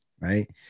right